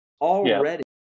already